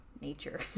nature